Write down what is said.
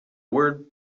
word